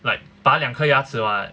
like 拔两颗牙齿 [what]